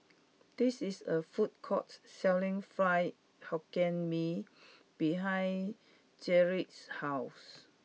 this is a food court selling fried hokkien Mee behind Jaret's house